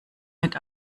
mit